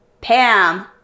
Pam